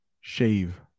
shave